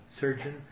surgeon